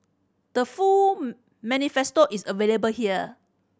the full manifesto is available here